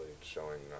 showing